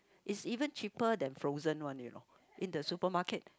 is even cheaper than frozen one you know in the supermarket